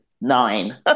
nine